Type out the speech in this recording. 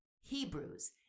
Hebrews